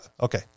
Okay